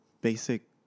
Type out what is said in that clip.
basic